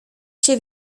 się